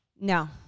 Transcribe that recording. No